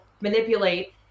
manipulate